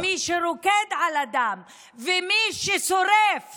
מי שרוקד על הדם ומי ששורף